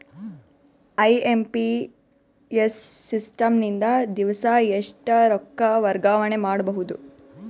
IMPS system ನಿಂದ ದಿವಸಾ ಎಷ್ಟ ರೊಕ್ಕ ವರ್ಗಾವಣೆ ಮಾಡಬಹುದು?